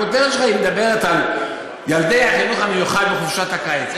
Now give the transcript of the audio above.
הכותרת שלך מדברת על ילדי החינוך המיוחד בחופשת הקיץ.